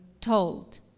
told